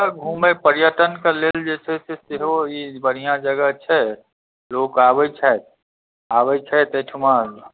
घूमै पर्यटनके लेल जे छै से सेहो ई बढ़िआँ जगह छै लोक आबै छथि आबै छथि एहिठमा